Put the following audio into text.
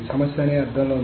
సమస్య అనే అర్థంలో ఉంది